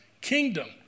kingdom